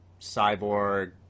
Cyborg